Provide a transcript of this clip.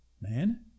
man